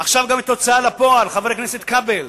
ועכשיו גם את ההוצאה לפועל, חבר הכנסת כבל.